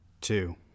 Two